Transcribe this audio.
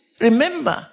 remember